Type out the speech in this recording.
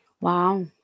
Wow